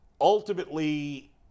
ultimately